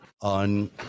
on